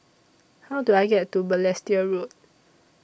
How Do I get to Balestier Road